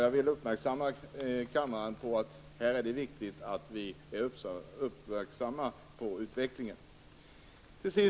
Jag vill framhålla för kammaren att det är viktigt att vi här är uppmärksamma på utvecklingen.